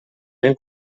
ben